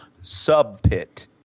sub-pit